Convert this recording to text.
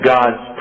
God's